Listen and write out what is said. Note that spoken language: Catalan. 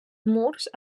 murs